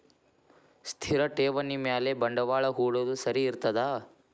ಸ್ಥಿರ ಠೇವಣಿ ಮ್ಯಾಲೆ ಬಂಡವಾಳಾ ಹೂಡೋದು ಸರಿ ಇರ್ತದಾ?